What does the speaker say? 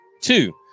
Two